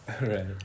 Right